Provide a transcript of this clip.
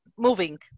moving